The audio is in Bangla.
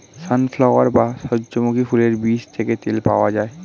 সানফ্লাওয়ার বা সূর্যমুখী ফুলের বীজ থেকে তেল পাওয়া যায়